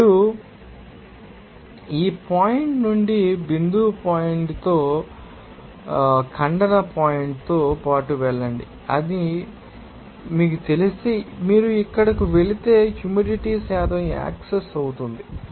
ఇప్పుడు ఆ పాయింట్ నుండి ఆ బిందు పాయింట్ తో పాటు ఖండన పాయింట్ తో పాటు వెళ్లండి అని మీకు తెలిస్తే మీరు ఇక్కడకు వెళితే హ్యూమిడిటీ శాతం యాక్సెస్ అవుతుంది మరియు ఇది 0